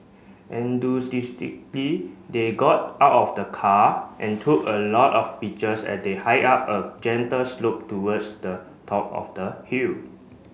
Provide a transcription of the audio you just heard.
they got out of the car and took a lot of pictures as they hiked up a gentle slope towards the top of the hill